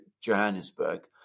Johannesburg